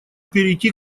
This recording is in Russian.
перейти